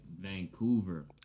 Vancouver